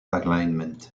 alignment